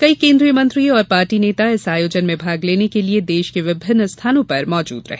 कई केन्द्रीय मंत्री और पार्टी नेता इस आयोजन में भाग लेने के लिए देश के विभिन्न स्थानों पर मौजूद हैं